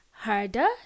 Harder